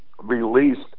released